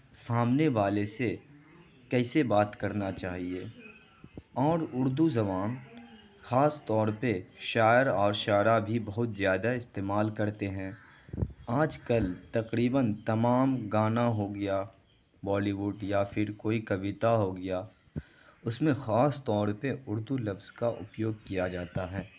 سامنے والے سے کیسے بات کرنا چاہیے اور اردو زبان خاص طور پہ شاعر اور شاعرہ بھی بہت زیادہ استعمال کرتے ہیں آج کل تقریباً تمام گانا ہو گیا بالی ووڈ یا پھر کوئی کویتا ہو گیا اس میں خاص طور پہ اردو لفظ کا اپیوگ کیا جاتا ہے